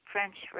French